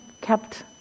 kept